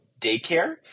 daycare